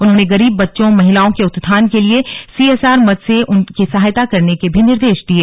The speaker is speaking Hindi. उन्होंने गरीब बच्चों महिलाओं के उत्थान के लिये सीएसआर मद से उनकी सहायता करने के भी निर्देश दिये